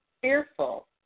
fearful